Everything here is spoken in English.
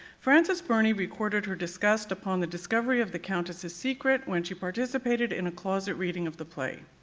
francis burney recorded her disgust upon the discovery of the countess's secret when she participated in a closeted reading of the play.